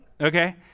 Okay